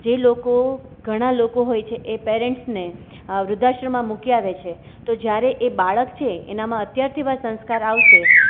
જે લોકો ઘણા લોકો હોય છે એ પેરેન્ટ્સને વૃધ્ધાશ્રમમાં મૂકી આવે છે તો જ્યારે એ બાળક છે એનામાં અત્યારથી એવા સંસ્કાર આવશે